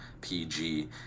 PG